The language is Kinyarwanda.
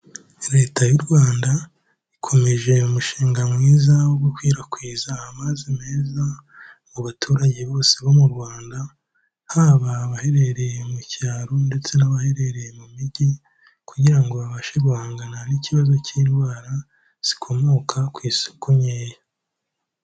Leta y'u Rwanda ikomeje umushinga mwiza wo gukwirakwiza amazi meza mu baturage bose bo mu Rwanda, haba abaherereye mu cyaro ndetse n'abaherereye mu mijyi kugira ngo babashe guhangana n'ikibazo cy'indwara zikomoka ku isuku nkeya.